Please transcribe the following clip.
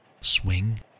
swing